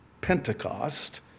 Pentecost